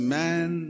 man